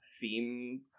theme